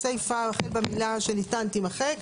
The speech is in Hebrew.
הסיפה החל במילה "שניתן" תימחק.